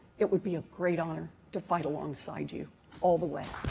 it would be a great honor to fight alongside you all the way.